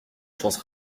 chance